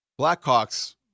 Blackhawks